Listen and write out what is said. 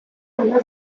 una